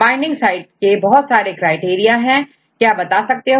binding site के बहुत सारे क्राइटेरिया है क्या बता सकते हैं